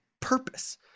purpose